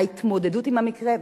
ההתמודדות עם המקרה,